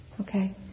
Okay